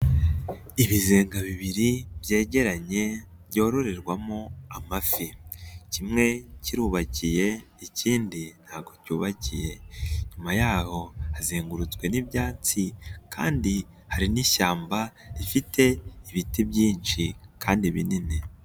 Ibizenga bibiri byegeranye byororerwamo amafi kimwe kirubakiye ikindi ntabwo cyubakiye, inyuma yaho hazengurutswe n'ibyatsi kandi hari n'ishyamba rifite ibiti byinshi kandi binini.